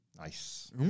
Nice